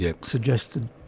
suggested